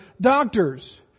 Doctors